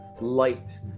light